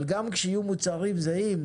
אבל גם כשיהיו מוצרים זהים,